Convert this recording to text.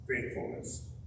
faithfulness